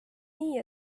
nii